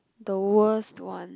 the worst one